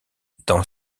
dans